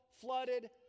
Flooded